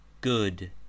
good